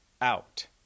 out